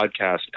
podcast